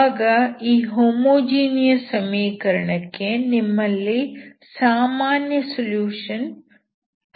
ಆಗ ಈ ಹೋಮೋಜಿನಿಯಸ್ ಸಮೀಕರಣಕ್ಕೆ ನಿಮ್ಮಲ್ಲಿ ಸಾಮಾನ್ಯ ಸೊಲ್ಯೂಷನ್ ಇರುತ್ತದೆ